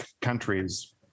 countries